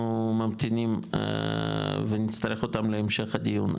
ממתינים ונצטרך אותם להמשך הדיון.